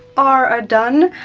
are done.